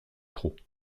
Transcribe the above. trop